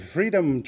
Freedom